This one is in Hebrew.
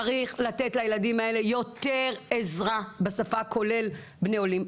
צריך לתת לילדים האלה יותר עזרה בשפה כולל בני עולים.